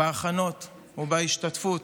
בהכנות ובהשתתפות